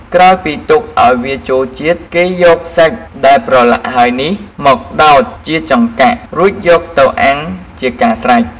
ក្រោយពីទុកឱ្យវាចូលជាតិ គេយកសាច់ដែលប្រឡាក់ហើយនេះ មកដោតជាចង្កាក់ រួចយកវាទៅអាំងជាការស្រេច។